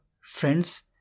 friends